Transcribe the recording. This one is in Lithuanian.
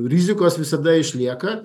rizikos visada išlieka